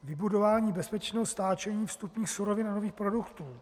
Vybudování bezpečného stáčení vstupních surovinových produktů.